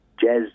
jazz